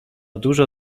dużo